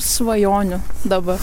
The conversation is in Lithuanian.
svajonių dabar